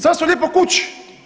Sad su lijepo kući.